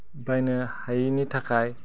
बायनो हायिनि थाखाय